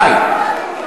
ביי.